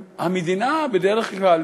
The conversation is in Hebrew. המדינה, בדרך כלל,